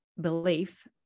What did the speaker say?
belief